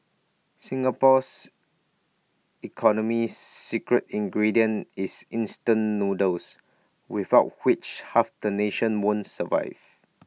Singapore's economy's secret ingredient is instant noodles without which half the nation won't survive